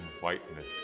whiteness